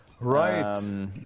right